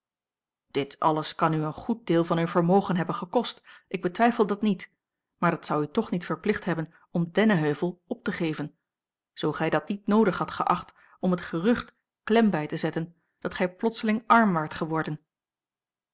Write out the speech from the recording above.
dit alles kan u een goed deel van uw vermogen hebben gekost ik betwijfel dat niet maar dat zou u toch niet verplicht hebben dennenheuvel op te geven zoo gij dat niet noodig hadt geacht om het gerucht klem bij te zetten dat gij plotseling arm waart geworden